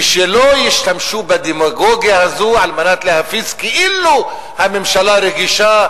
ושלא ישתמשו בדמגוגיה הזו על מנת להפיץ כאילו הממשלה רגישה